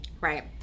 Right